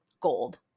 gold